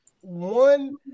one